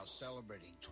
celebrating